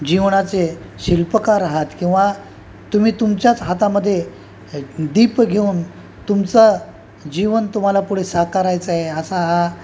जीवनाचे शिल्पकार आहात किंवा तुम्ही तुमच्याच हातामध्ये दीप घेऊन तुमचं जीवन तुम्हाला पुढे साकारायचं आहे असा हा